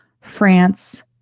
France